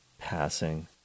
passing